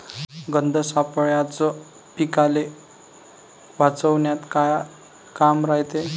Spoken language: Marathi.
गंध सापळ्याचं पीकाले वाचवन्यात का काम रायते?